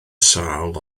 sâl